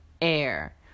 Air